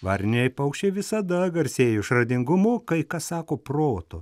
varniniai paukščiai visada garsėjo išradingumu kai kas sako protu